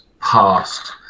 past